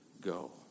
go